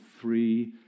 three